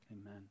Amen